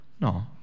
no